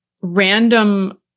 random